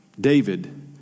David